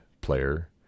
player